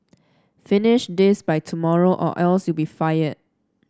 finish this by tomorrow or else you'll be fired